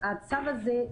הצו הזה,